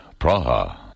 Praha